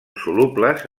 solubles